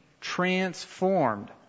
transformed